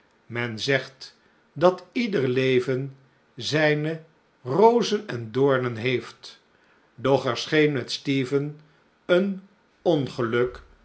men zegt dat ieder leven zijne rozen en doornen heeft doch er scheen met stephen een ongeluk